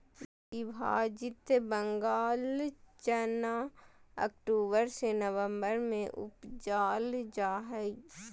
विभाजित बंगाल चना अक्टूबर से ननम्बर में उपजाल जा हइ